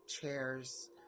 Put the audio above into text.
chairs